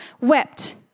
wept